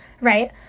right